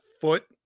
foot